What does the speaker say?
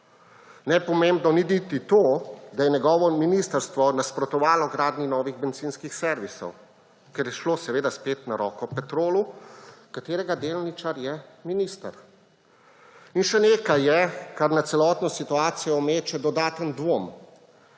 Nepomembno ni niti to, da je njegovo ministrstvo nasprotovalo gradnji novih bencinskih servisov, kar je šlo seveda spet na roko Petrolu, katerega delničar je minister. In še nekaj je, kar na celotno situacijo meče dodaten dvom.